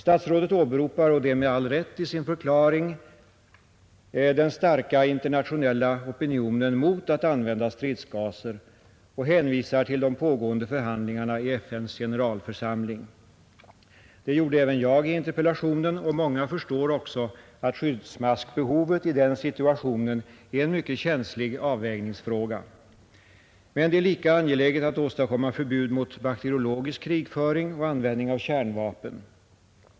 Statsrådet åberopar, och det med all rätt, i sin förklaring den starka internationella opinionen mot att använda stridsgaser och hänvisar till de pågående förhandlingarna i FN:s generalförsamling. Det gjorde även jag i interpellationen, och många förstår också att skyddsmaskbehovet i den situationen är en mycket känslig avvägningsfråga. Men det är lika angeläget att åstadkomma förbud mot bakteriologisk krigföring och användning av kärnvapen.